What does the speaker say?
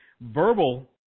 verbal